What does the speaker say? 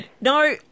No